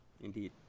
Indeed